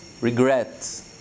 regret